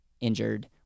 injured